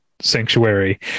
sanctuary